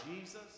Jesus